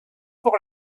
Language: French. pour